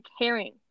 caring